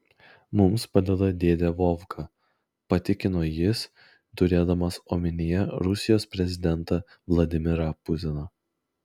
mums padeda dėdė vovka patikino jis turėdamas omenyje rusijos prezidentą vladimirą putiną